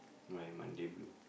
my Monday blue